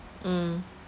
mm